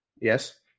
Yes